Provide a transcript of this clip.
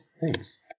Thanks